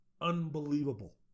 unbelievable